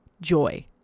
joy